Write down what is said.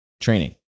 training